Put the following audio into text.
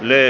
yli